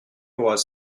was